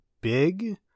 big